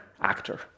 actor